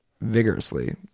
vigorously